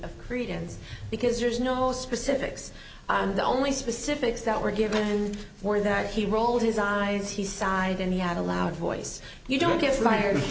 of credence because there's no specifics the only specifics that were given were that he rolled his eyes he sighed and he had a loud voice you don't get f